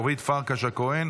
אורית פרקש הכהן